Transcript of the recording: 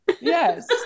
Yes